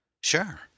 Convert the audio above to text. Sure